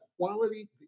quality